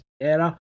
era